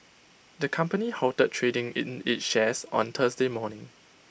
the company halted trading in its shares on Thursday morning